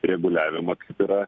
reguliavimą kaip yra